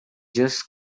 just